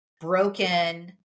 broken